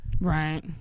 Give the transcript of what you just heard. Right